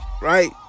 Right